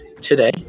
Today